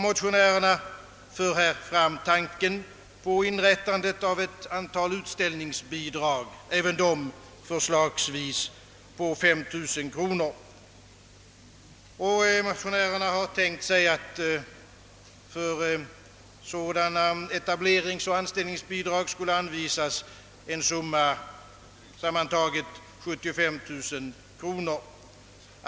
Motionärerna har därför väckt tanken på inrättandet av ett antal utställningsbidrag, även dessa på förslagsvis 5 000 kronor. För sådana etableringsoch utställningsbidrag har motionärerna räknat med en sammanlagd summa av 75 000 kronor.